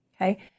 okay